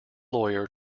lawyer